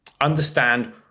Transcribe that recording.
understand